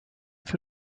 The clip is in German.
für